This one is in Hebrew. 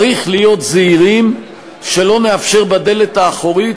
צריך להיות זהירים שלא נאפשר בדלת האחורית